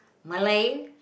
Malay